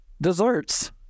desserts